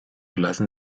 lassen